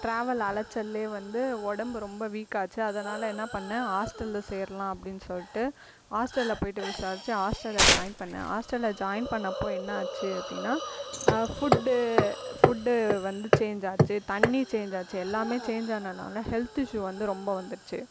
travel அலைச்சலில் வந்து உடம்பு ரொம்ப வீக் ஆச்சு அதனால் என்ன பண்ணேன் ஹாஸ்டலில் சேரலாம் அப்படின்னு சொல்லிட்டு ஹாஸ்டலில் போயிட்டு விசாரித்து ஹாஸ்டலில் ஜாயின் பண்ணே ஹாஸ்டலில் ஜாயின் பண்ணப்போது என்ன ஆச்சு அப்படின்னா ஃபுட்டு ஃபுட்டு வந்து ச்சேன்ஜ் ஆச்சு தண்ணி ச்சேன்ஜ் ஆச்சு எல்லாமே ச்சேன்ஜ் ஆனனால ஹெல்த் இஷ்ஷு வந்து ரொம்ப வந்துச்சி